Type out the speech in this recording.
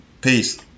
Peace